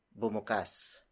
Bumukas